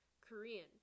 Korean